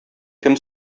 кем